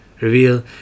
reveal